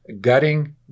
gutting